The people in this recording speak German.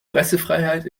pressefreiheit